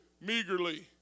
meagerly